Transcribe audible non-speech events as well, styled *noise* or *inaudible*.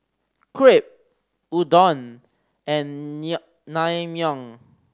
Crepe Udon and *unintelligible* Naengmyeon